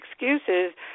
excuses